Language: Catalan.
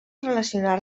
relacionar